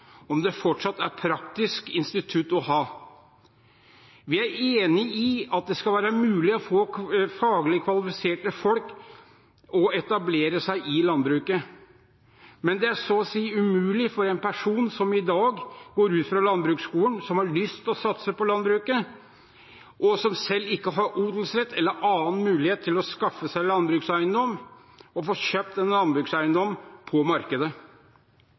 om det fortsatt er et praktisk institutt å ha. Vi er enige i at det skal være mulig å få faglig kvalifiserte folk til å etablere seg i landbruket, men det er så å si umulig for en person som i dag går ut fra landbruksskolen, og som har lyst til å satse på landbruket, og som selv ikke har odelsrett eller annen mulighet til å skaffe seg landbrukseiendom, å få kjøpt en landbrukseiendom på markedet.